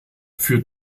für